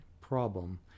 problem